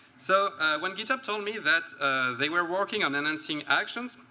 so when github told me that they were working on enhancing actions,